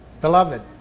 Beloved